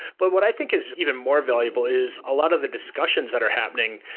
but what i think is even more valuable is a lot of the discussions that are happening,